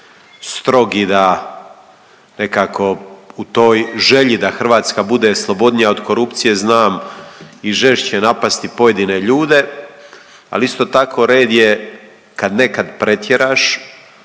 strog i da nekako u toj želji da Hrvatska bude slobodnija od korupcije znam i žešće napasti pojedine ljude. Ali, isto tako, red je kad nekad pretjeraš,